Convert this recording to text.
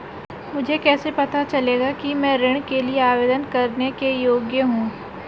मुझे कैसे पता चलेगा कि मैं ऋण के लिए आवेदन करने के योग्य हूँ?